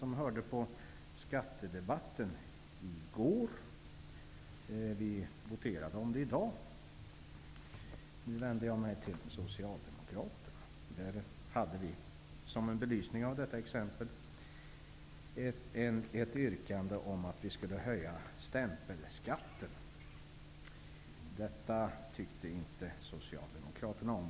I morse voterade vi om olika skatteförslag. Jag vänder mig nu till socialdemokraterna. I skattedebatten hade vi ett yrkande om höjning av stämpelskatten. Detta tyckte inte ni socialdemokrater om.